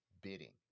bidding